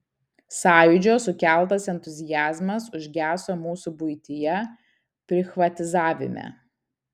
sąjūdžio sukeltas entuziazmas užgeso mūsų buityje prichvatizavime